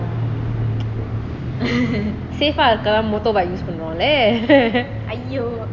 safe ah இருக்கத்தான்:irukathaan motorbike use பண்றோம்ல:panromla